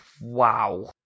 Wow